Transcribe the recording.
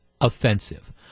offensive